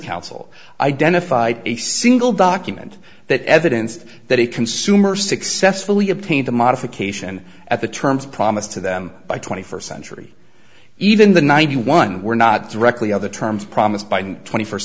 counsel identified a single document that evidence that a consumer successfully obtained the modification at the terms promised to them by twenty first century even the ninety one were not directly of the terms promised by the twenty first